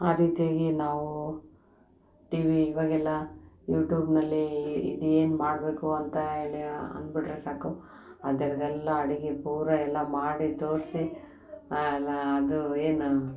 ಆ ರೀತಿಯಾಗಿ ನಾವು ಟಿ ವಿ ಇವಾಗೆಲ್ಲ ಯೂಟೂಬ್ನಲ್ಲಿ ಇದೇನು ಮಾಡಬೇಕು ಅಂತ ಹೇಳಿ ಅನ್ಬಿಟ್ರೆ ಸಾಕು ಅದರದ್ದೆಲ್ಲ ಅಡುಗೆ ಪೂರ ಎಲ್ಲ ಮಾಡಿ ತೋರಿಸಿ ಎಲ್ಲ ಅದು ಏನು